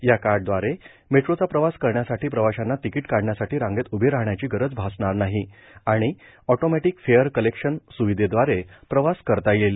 या कार्डदवारे मेट्रोचा प्रवास करण्यासाठी प्रवाशांना तिकीट काढण्यासाठी रांगेत उभे राहण्याची गरज भासणार नाही आणि ऑटोमेटीक फेअर कलेक्शन स्विधेदवारे प्रवास करता येईल